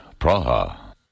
Praha